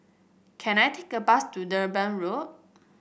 can I take a bus to Durban Road